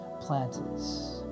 planters